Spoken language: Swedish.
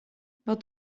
vad